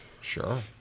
Sure